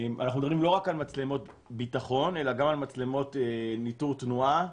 אנחנו מדברים לא רק על מצלמות ביטחון אלא גם על מצלמות ניטור תנועה,